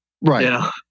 Right